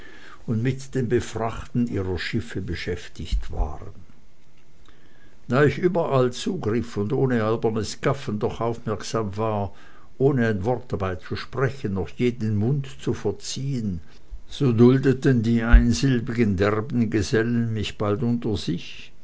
und mit dem befrachten ihrer schiffe beschäftigt waren da ich überall zugriff und ohne albernes gaffen doch aufmerksam war ohne ein wort dabei zu sprechen noch je den mund zu verziehen so duldeten die einsilbigen derben gesellen mich bald unter sich